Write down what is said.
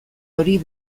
hori